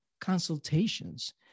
consultations